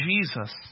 Jesus